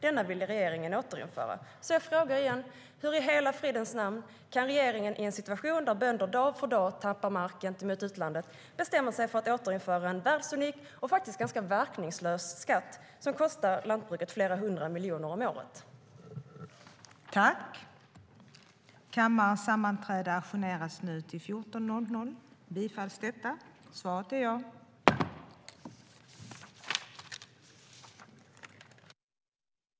Den vill regeringen återinföra.(forts.